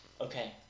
okay